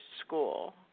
school